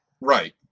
Right